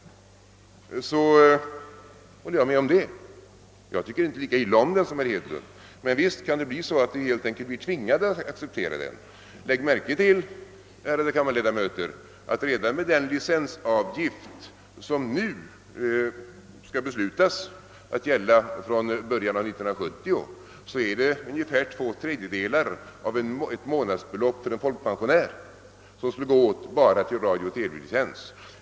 Jag tycker inte lika illa om den som herr Hedlund, men visst kan det bli så att vi kan bli tvingade att acceptera den. Lägg märke till, ärade kammarledamöter, att redan med den licensavgift som nu skall beslutas att gälla från början av 1970 kommer ungefär två tredjedelar av månadspensionen för en folkpensionär att gå till radiooch TV-licens.